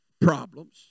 problems